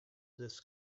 this